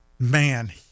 Man